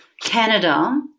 Canada